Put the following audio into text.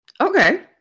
Okay